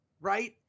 right